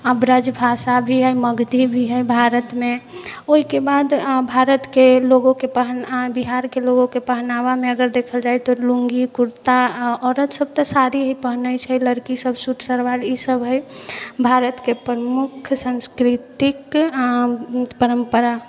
आ ब्रज भाषा भी है मगधी भी हइ भारतमे ओहिके बाद भारतके लोगोके पहनावामे बिहारके लोगोके पहनावामे अगर देखल जाइ तऽ लुङ्गी कुर्ता औरत सब तऽ साड़ी ही पहिनैत छै लड़की सब सूट सलवार ई सब हइ भारतके प्रमुख सांस्कृतिक परम्परा